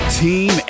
team